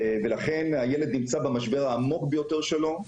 ולכן הילד נמצא במשבר העמוק ביותר שלו,